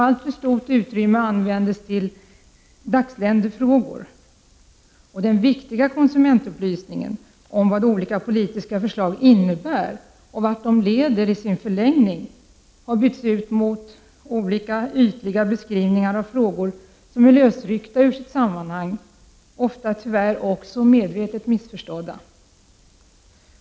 Alltför stort utrymme ägnas åt dagsländefrågor. Den viktiga konsumentupplysningen om vad olika politiska förslag innebär och vart de leder i sin förlängning har bytts ut mot ytliga beskrivningar av frågor som är lösryckta ur sina sammanhang. Tyvärr är de också ofta medvetet missförstådda.